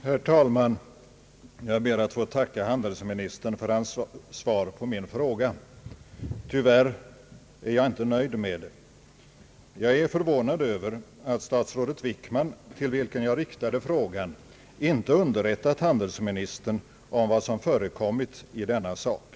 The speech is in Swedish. Herr talman! Jag ber att få tacka handelsministern för hans svar på min fråga. Tyvärr är jag inte nöjd med det. Jag är förvånad över att statsrådet Wickman, till vilken jag riktat frågan, inte underrättat handelsministern om vad som förekommit i denna sak.